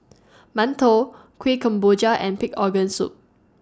mantou Kuih Kemboja and Pig Organ Soup